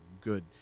good